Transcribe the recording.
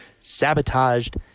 sabotaged